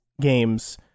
games